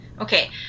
Okay